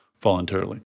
voluntarily